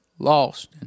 lost